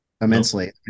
immensely